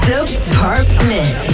Department